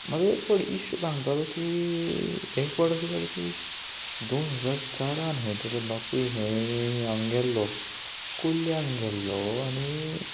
म्हाजो एक फावट इश्ट सांगतालो की एक फावट अशें जालें की दोन हजार चारान खंय तेजो बापूय खंय हांगा गेल्लो कुल्ल्यांग गेल्लो आनी